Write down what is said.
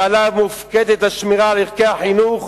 שמופקד על השמירה על ערכי החינוך